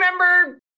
remember